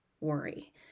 worry